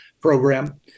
program